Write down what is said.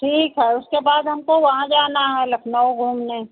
ठीक है उसके बाद हमको वहां जाना है लखनऊ घूमने